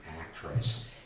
actress